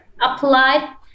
Applied